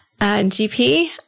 GP